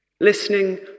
listening